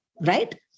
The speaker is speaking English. right